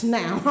now